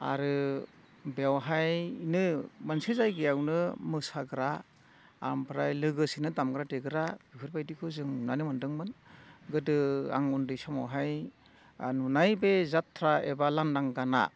आरो बेवहायनो मोनसे जायगायावनो मोसाग्रा आमफ्राय लोगोसेनो दामग्रा देग्रा बेफोरबायदिखौ जों नुनानै मोनदोंमोन गोदो आं उन्दै समावहाय आर नुनाय बे जाथ्रा एबा लांदां गाना